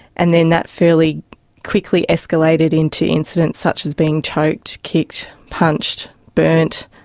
and then that fairly quickly escalated into incidents such as being choked, kicked, punched, burnt,